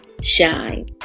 shine